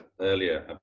earlier